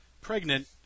pregnant